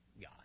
God